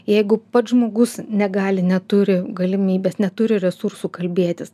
jeigu pats žmogus negali neturi galimybės neturi resursų kalbėtis